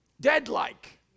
Dead-like